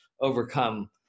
overcome